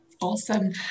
Awesome